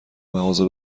مغازه